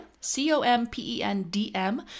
C-O-M-P-E-N-D-M